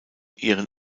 ihren